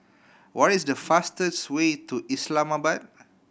what is the fastest way to Islamabad